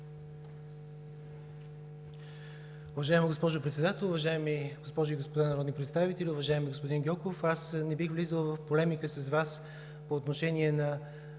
Уважаема госпожо Председател, уважаеми госпожи и господа народни представители! Уважаеми господин Гьоков, не бих влизал в полемика с Вас по отношение на